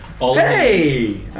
Hey